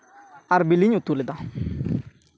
ᱟᱨ ᱵᱤᱞᱤᱧ ᱩᱛᱩ ᱞᱮᱫᱟ